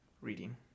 reading